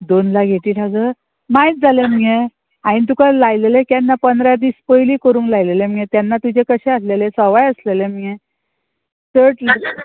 दोन लाख येटी ठावजण मायज जालें मगे हांवें तुका लायलेलें केन्ना पंदरा दीस पयलीं करूंक लायलेलें मगे तेन्ना तुजें कशें आसलेलें सवाय आसलेले मगे चड